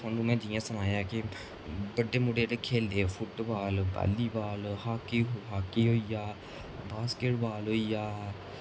तोआनू में जियां सनाया कि बड्डे मुड़े जेह्ड़े खेलदे football volleyball hockey hockey होई गेआ बास्किट बॉल होई गेआ